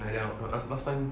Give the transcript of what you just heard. like that orh last last time